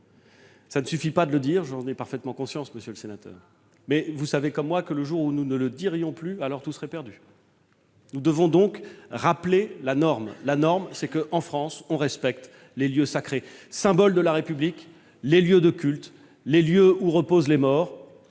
Cela ne suffit pas de le dire, j'en ai parfaitement conscience, mais vous savez comme moi que le jour où nous ne le dirions plus, alors, tout serait perdu ! Nous devons donc rappeler la norme, qui est que, en France, on respecte les lieux sacrés, symboles de la République, les lieux de culte, les lieux où reposent les morts.